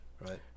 right